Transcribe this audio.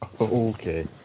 Okay